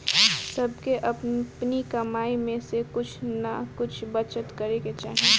सबके अपनी कमाई में से कुछ नअ कुछ बचत करे के चाही